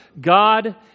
God